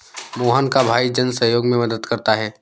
मोहन का भाई जन सहयोग में मदद करता है